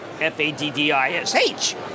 F-A-D-D-I-S-H